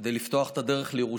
כדי לפתוח את הדרך לירושלים,